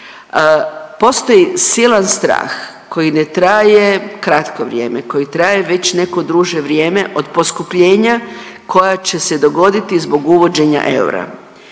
Postoji silan strah koji ne traje kratko vrijeme, koji traje već neko duže vrijeme od poskupljenja koja će se dogoditi zbog uvođenja eura.